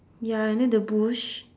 ya and then the bush